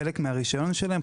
חלק מהרישיון שלהם,